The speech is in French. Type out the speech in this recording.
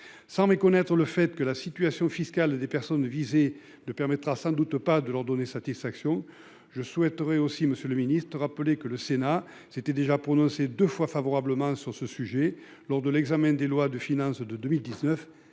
Sans méconnaître le fait que la situation fiscale des personnes visées de permettra sans doute pas de leur donner satisfaction. Je souhaiterais aussi, Monsieur le Ministre rappeler que le Sénat s'était déjà prononcé 2 fois favorablement sur ce sujet lors de l'examen des lois de finances de 2019